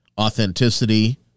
authenticity